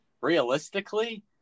realistically